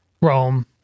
Rome